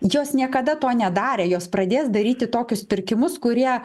jos niekada to nedarė jos pradės daryti tokius pirkimus kurie